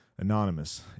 Anonymous